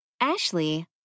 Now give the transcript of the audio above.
Ashley